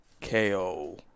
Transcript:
ko